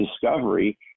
discovery